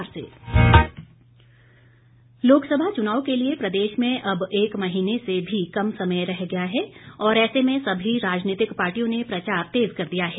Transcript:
चुनाव प्रचार जयराम लोकसभा चुनाव के लिए प्रदेश में अब एक महीने से भी कम समय रह गया है और ऐसे में सभी राजनीतिक पार्टियों ने प्रचार तेज कर दिया है